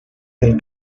del